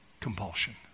compulsion